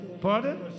Pardon